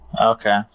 okay